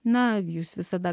na jūs visada